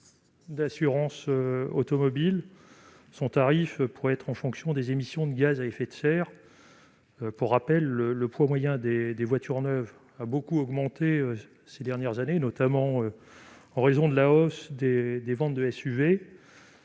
d'assurance automobile, dont le tarif pourrait être fonction, notamment, des émissions de gaz à effet de serre. Le poids moyen des voitures neuves a beaucoup augmenté ces dernières années, notamment en raison de la hausse des ventes de SUV.